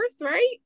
right